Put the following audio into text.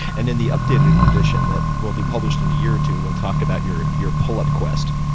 and in the updated edition that will be published in a year or two, we'll talk about your your pull up quest.